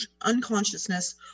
unconsciousness